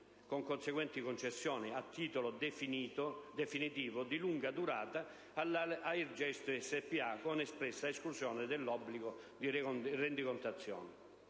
con conseguenti concessioni, a titolo definitivo, di lunga durata, alla Airgest S.p.a., con espressa esclusione dell'obbligo di rendicontazione?